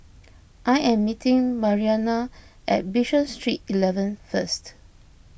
I am meeting Marianna at Bishan Street eleven first